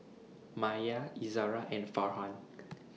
Maya Izzara and Farhan